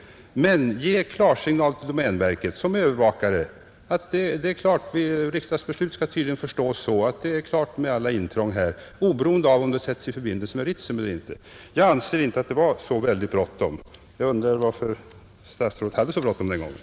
Men det är underligt att Kungl. Maj:t givit klarsignal till domänverket, som är övervakare, om att riksdagsbeslutet skall förstås så att det är klart när det gäller alla intrång i detta fall, oberoende av om de sätts i förbindelse med Ritsem eller inte. Jag anser inte att det var så bråttom. Jag undrar varför statsrådet hade sådan brådska den gången.